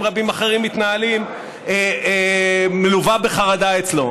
רבים אחרים מתנהלים מלווה אצלו בחרדה.